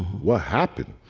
what happened?